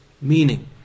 meaning